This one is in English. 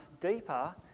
deeper